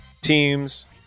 teams